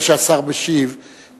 לפני שהשר משיב,